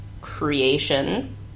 creation